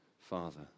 Father